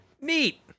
Neat